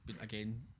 again